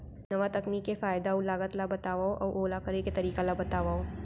नवा तकनीक के फायदा अऊ लागत ला बतावव अऊ ओला करे के तरीका ला बतावव?